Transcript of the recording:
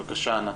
בבקשה ענת.